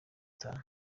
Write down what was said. itanu